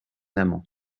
amant